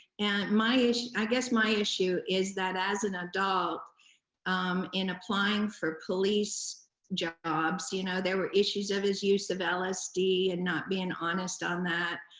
and my issue, i guess my issue is that as an adult in applying for police jobs, you know there were issues of his use of lsd and not being honest on that,